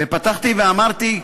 ופתחתי ואמרתי,